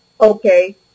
Okay